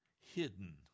hidden